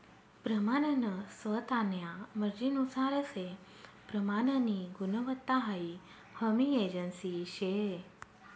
प्रमानन स्वतान्या मर्जीनुसार से प्रमाननी गुणवत्ता हाई हमी एजन्सी शे